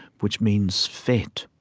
which means fate.